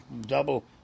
double